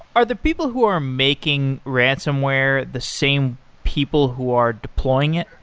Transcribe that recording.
are the people who are making ransonware the same people who are deploying it?